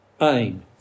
aim